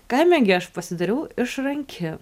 kaime gi aš pasidariau išranki